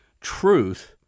truth